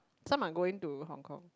some are going to Hong-Kong